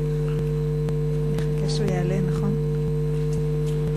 אני לא יודעת עוד כמה זמן תהיה יושב-ראש,